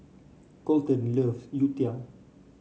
Colten love Youtiao